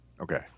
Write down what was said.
okay